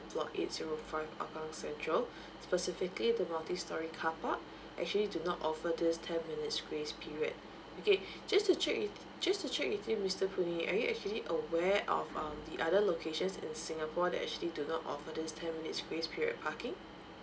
plot eight zero five hougang central specifically the multistorey carpark actually do not offer this ten minutes grace period okay just to check with just to check with you mister puh nee are you actually aware of um the other locations in singapore that actually do not offer this ten minutes grace period parking